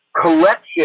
collection